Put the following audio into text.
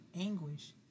anguish